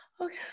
Okay